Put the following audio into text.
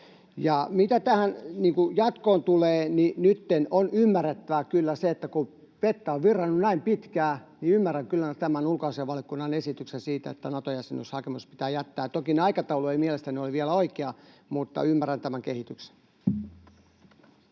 Mitä tähän jatkoon tulee, niin nytten, kun vettä on virrannut näin pitkään, ymmärrän kyllä tämän ulkoasiainvaliokunnan esityksen siitä, että Nato-jäsenyyshakemus pitää jättää. Toki aikataulu ei mielestäni ole vielä oikea, mutta ymmärrän tämän kehityksen.